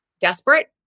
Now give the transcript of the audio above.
desperate